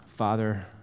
Father